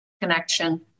connection